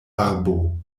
arbo